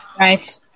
Right